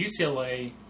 UCLA